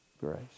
Grace